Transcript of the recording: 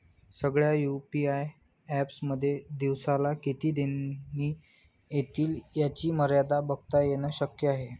सगळ्या UPI apps मध्ये दिवसाला किती देणी एतील याची मर्यादा बघता येन शक्य आहे